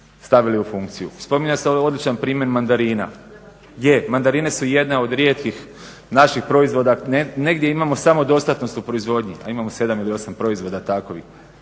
stavili u funkciju. Spominjao se ovdje odličan primjer mandarina. Je, mandarine su jedne od rijetkih naših proizvoda negdje imamo samodostatnost u proizvodnji, a imamo 7 ili 8 proizvoda takvih,